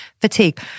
fatigue